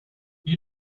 you